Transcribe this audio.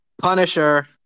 Punisher